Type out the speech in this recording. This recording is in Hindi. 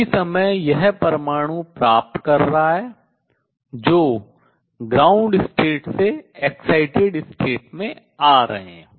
उसी समय यह परमाणु प्राप्त कर रहा है जो आद्य अवस्था से उत्तेजित अवस्था में आ रहे हैं